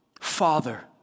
Father